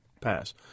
pass